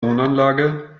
wohnanlage